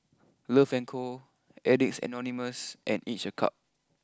love Co Addicts Anonymous and Each a Cup